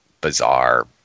bizarre